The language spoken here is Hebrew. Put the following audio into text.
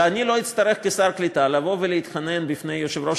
ואני לא אצטרך כשר הקליטה לבוא ולהתחנן בפני יושב-ראש